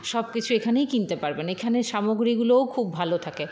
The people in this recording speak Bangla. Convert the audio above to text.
সব কিছু এখানেই কিনতে পারবেন এখানের সামগ্রীগুলোও খুব ভালো থাকে